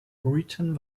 ruijten